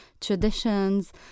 traditions